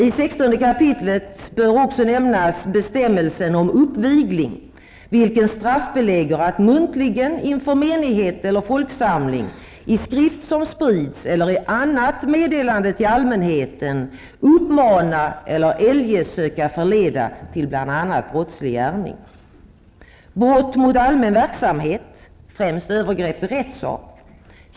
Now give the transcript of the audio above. I 16 kap. brottsbalken bör också nämnas bestämmelsen om uppvigling vilken straffbelägger att muntligen inför menighet eller folksamling i skrift som sprids eller till annat meddelande till allmänheten uppmana eller eljest söka förleda till bl.a. brottslig gärning. Brott mot allmän verksamhet, främst övergrepp i rättssak.